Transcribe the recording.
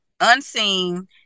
unseen